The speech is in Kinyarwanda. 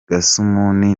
gasumuni